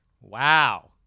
Wow